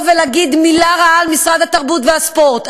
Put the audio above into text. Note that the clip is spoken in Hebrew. ולהגיד מילה רעה על משרד התרבות והספורט.